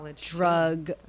drug